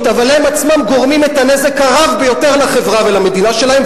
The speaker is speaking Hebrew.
אבל הם עצמם גורמים את הנזק הרב ביותר לחברה ולמדינה שלהם,